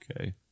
Okay